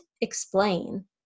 explain